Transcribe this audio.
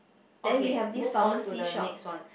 okay move on to the next one